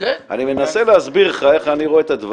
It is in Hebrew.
אני מנסה להסביר לך איך אני רואה את הדברים.